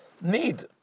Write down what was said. need